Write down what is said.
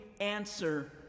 answer